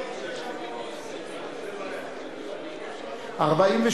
וקבוצת סיעת חד"ש ושל חבר הכנסת איתן כבל לסעיף 6 לא נתקבלה.